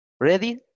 ready